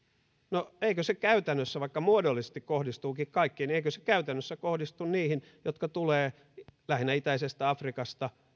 no vaikka se muodollisesti kohdistuukin kaikkiin niin eikö se käytännössä kohdistu niihin jotka tulevat lähinnä itäisestä afrikasta